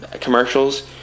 commercials